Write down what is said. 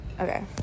Okay